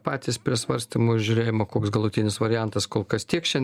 patys prie svarstymo ir žiūrėjimo koks galutinis variantas kol kas tiek šiandien